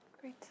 Great